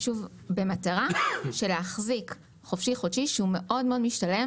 במטרה להחזיק חופשי-חודשי שהוא מאוד משתלם